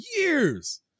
years